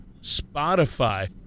Spotify